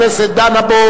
זה עובר